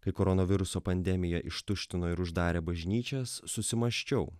kai koronaviruso pandemija ištuštino ir uždarė bažnyčias susimąsčiau